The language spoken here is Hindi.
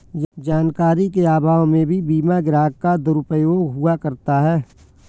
जानकारी के अभाव में भी बीमा ग्राहक का दुरुपयोग हुआ करता है